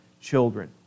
children